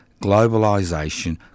globalisation